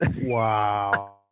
Wow